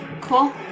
Cool